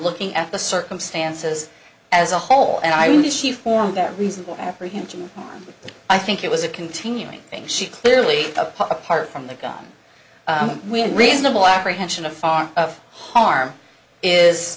looking at the circumstances as a whole and i mean did she form that reasonable apprehension i think it was a continuing thing she clearly apart from the gun when reasonable apprehension of far of harm is